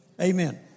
Amen